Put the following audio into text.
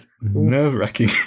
nerve-wracking